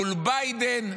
מול ביידן.